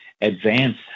advance